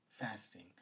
fasting